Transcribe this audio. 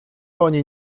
oni